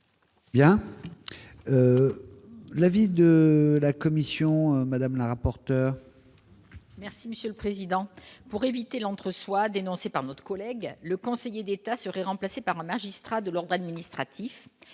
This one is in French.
bien de l'avis de la commission madame la rapporteure. Merci Monsieur le Président pour éviter l'entre-soi dénoncée par notre collègue le conseiller d'État serait remplacé par un magistrat de l'ordre administratif